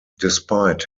despite